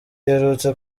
iherutse